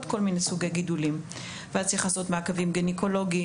כל מיני סוגי גידולים ואז צריך לעשות מעקבים גניקולוגיים,